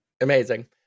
Amazing